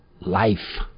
life